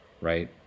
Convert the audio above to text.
right